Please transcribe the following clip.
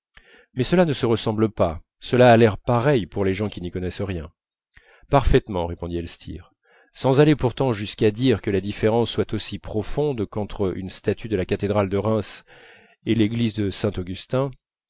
mais cela ne se ressemble pas cela a l'air pareil pour les gens qui n'y connaissent rien parfaitement répondit elstir sans aller pourtant jusqu'à dire que la différence soit aussi profonde qu'entre une statue de la cathédrale de reims et de l'église saint-augustin